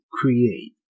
create